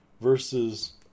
versus